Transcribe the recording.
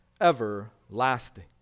everlasting